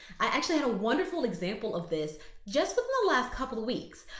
i actually had a wonderful example of this just within the last couple of weeks.